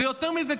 ויותר מזה,